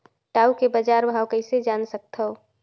टाऊ के बजार भाव कइसे जान सकथव?